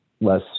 less